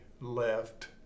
left